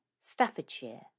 Staffordshire